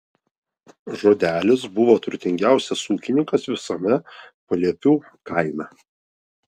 žodelis buvo turtingiausias ūkininkas visame paliepių kaime